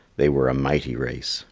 they were a mighty race,